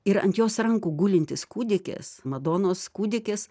ir ant jos rankų gulintis kūdikis madonos kūdikis